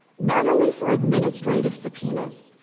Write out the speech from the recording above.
not only for administrative subpoenas,